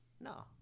No